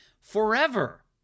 Forever